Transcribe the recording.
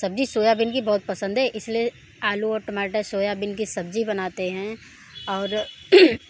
सब्ज़ी सोयाबीन की बहुत पसंद है इसलिए आलू और टमाटर सोयाबीन की सब्ज़ी बनाते हैं और